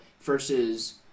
versus